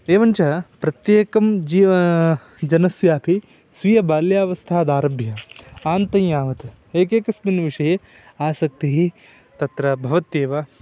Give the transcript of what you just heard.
एवं च प्रत्येकं जीवा जनस्यापि स्वीयबाल्यावस्थादारभ्य अन्तं यावत् एकैकस्मिन् विषये आसक्तिः तत्र भवत्येव